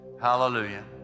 Hallelujah